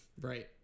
Right